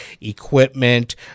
equipment